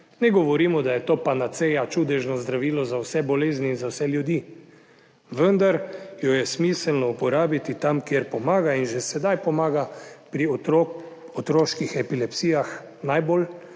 Ne govorimo, da je to panacea čudežno zdravilo za vse bolezni in za vse ljudi, vendar jo je smiselno uporabiti tam, kjer pomaga, in že sedaj pomaga pri otroških epilepsijah najbolj